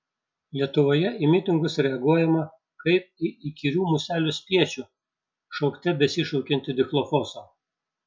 lietuvoje į mitingus reaguojama kaip į įkyrių muselių spiečių šaukte besišaukiantį dichlofoso